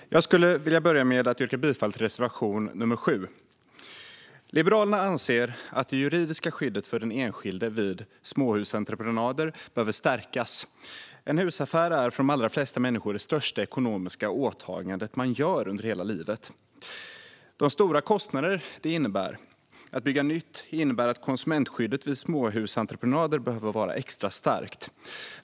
Fru talman! Jag skulle vilja börja med att yrka bifall till reservation nr 7. Liberalerna anser att det juridiska skyddet för den enskilde vid småhusentreprenader behöver stärkas. En husaffär är för de allra flesta människor det största ekonomiska åtagande som de gör under hela livet. De stora kostnader som det innebär att bygga nytt innebär att konsumentskyddet vid småhusentreprenader behöver vara extra starkt.